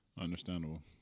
Understandable